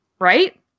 right